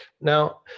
Now